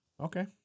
okay